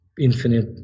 infinite